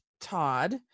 Todd